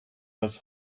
was